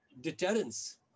deterrence